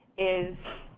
is,